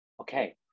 okay